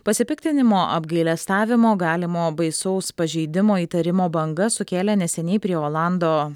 pasipiktinimo apgailestavimo galimo baisaus pažeidimo įtarimo banga sukėlė neseniai prie olando